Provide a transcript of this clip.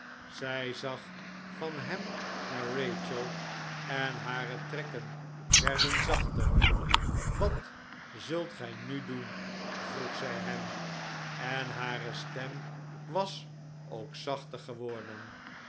zij zag van hem naar rachel en hare trekken werden zachter wat zult gij nu doen vroeg zij hem en hare stem was ook zachter geworden